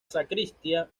sacristía